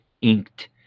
inked